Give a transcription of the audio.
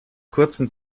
kurzen